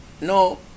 no